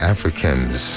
Africans